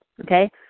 okay